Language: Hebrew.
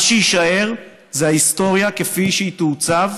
מה שיישאר זו ההיסטוריה כפי שהיא תעוצב,